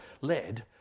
led